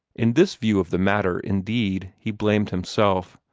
in this view of the matter, indeed, he blamed himself.